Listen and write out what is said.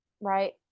Right